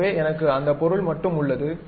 எனவே எனக்கு அந்த பொருள் மட்டும் உள்ளது